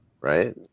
right